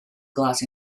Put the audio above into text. glass